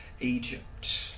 Egypt